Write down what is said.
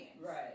Right